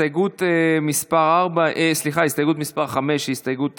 הסתייגות מס' 5 היא הסתייגות תקציבית,